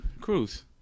Cruz